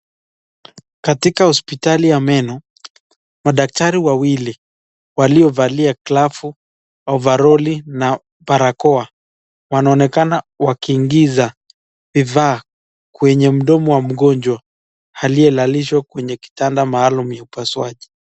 Katika hospitali ya meno madaktari wawili waliovalia glovu , ofaroli na barakoa wanaonekana wakiingiza vifaa kwenye mdomo wa mgonjwa aliyelalishwa kwenye kitanda maalum ya upasuaji.